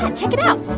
and check it out. um,